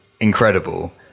incredible